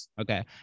okay